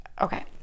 okay